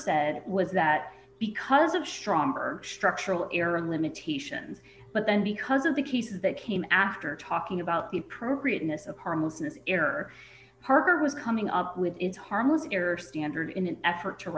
that was that because of stronger structural error limitations but then because of the cases that came after talking about the appropriateness of harmlessness error harvard was coming up with its harmless error standard in an effort to